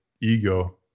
ego